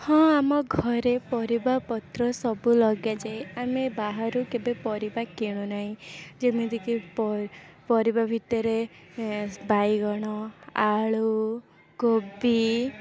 ହଁ ଆମ ଘରେ ପରିବାପତ୍ର ସବୁ ଲଗାଯାଏ ଆମେ ବାହାରୁ କେବେ ପରିବା କିଣୁ ନାହିଁ ଯେମିତିକି ପ ପରିବା ଭିତରେ ଏ ବାଇଗଣ ଆଳୁ କୋବି